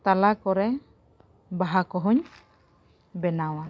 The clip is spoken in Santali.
ᱛᱟᱞᱟ ᱠᱚᱨᱮ ᱵᱟᱦᱟ ᱠᱚᱦᱚᱧ ᱵᱮᱱᱟᱣᱟ